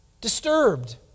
disturbed